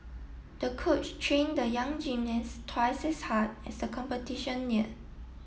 the coach train the young gymnast twice as hard as the competition neared